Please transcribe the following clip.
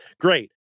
Great